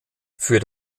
für